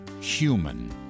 human